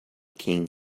king